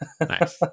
nice